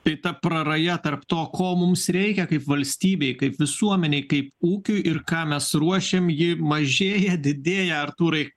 tai ta praraja tarp to ko mums reikia kaip valstybei kaip visuomenei kaip ūkiui ir ką mes ruošiam ji mažėja didėja artūrai